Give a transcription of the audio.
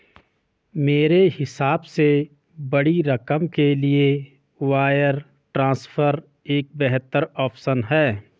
मेरे हिसाब से बड़ी रकम के लिए वायर ट्रांसफर एक बेहतर ऑप्शन है